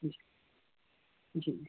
جی جی